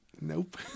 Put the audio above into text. Nope